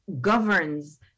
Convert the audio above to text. governs